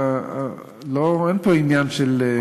אין פה עניין מודיעיני.